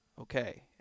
Okay